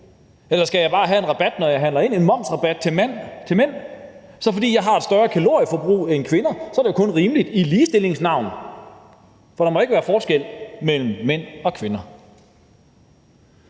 Eller skal jeg bare have en rabat, når jeg handler ind – en momsrabat til mænd? Så fordi jeg har et større kalorieforbrug end kvinder, er det jo kun rimeligt i ligestillingens navn. For der må ikke være forskel mellem mænd og kvinder.